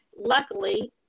Luckily